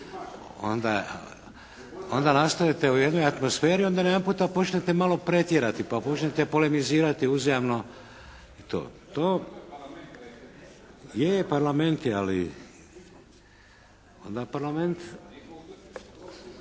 onda nastavite u jednoj atmosferi i odjedanputa počnete malo pretjerati pa počmete polemizirati, uzajamno i to. To …… /Upadica se ne čuje./ … Je Parlament